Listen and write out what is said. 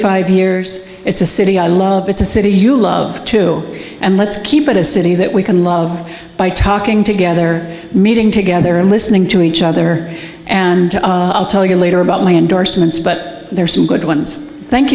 five years it's a city i love it's a city you love to and let's keep it as a city that we can love by talking together meeting together and listening to each other and i'll tell you later about my endorsements but there are some good ones thank